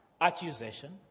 accusation